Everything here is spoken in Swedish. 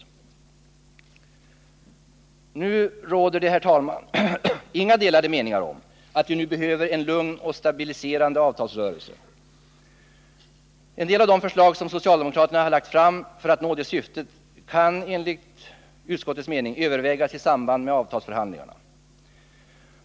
Det råder, herr talman, inga delade meningar om att vi nu behöver en lugn och stabiliserande avtalsrörelse. En del av de förslag som socialdemokraterna lagt fram, för att nå det syftet, kan enligt utskottets mening övervägas i samband med avtalsförhandlingarna.